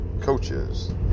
coaches